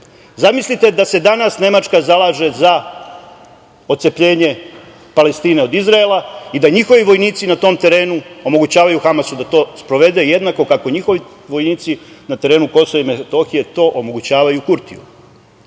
Zamislite da se danas Nemačka zalaže za otcepljenje Palestine od Izraela i da njihovi vojnici na tom terenu omogućavaju Hamasu da to sprovede, jednako kako njihovi vojnici na terenu KiM to omogućavaju Kurtiju. Znači,